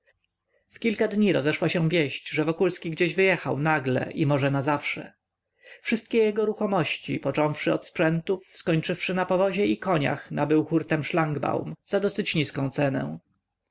kilka dni rozeszła się wieść że wokulski gdzieś wyjechał nagle i może nazawsze wszystkie jego ruchomości począwszy od sprzętów skończywszy na powozie i koniach nabył hurtem szlangbaum za dosyć niską cenę